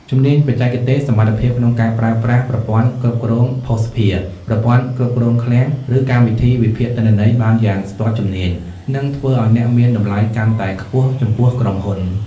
ជំនាញបច្ចេកទេស សមត្ថភាពក្នុងការប្រើប្រាស់ប្រព័ន្ធគ្រប់គ្រងភស្តុភារ ប្រព័ន្ធគ្រប់គ្រងឃ្លាំង ឬកម្មវិធីវិភាគទិន្នន័យបានយ៉ាងស្ទាត់ជំនាញ នឹងធ្វើឱ្យអ្នកមានតម្លៃកាន់តែខ្ពស់ចំពោះក្រុមហ៊ុន។